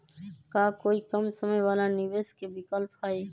का कोई कम समय वाला निवेस के विकल्प हई?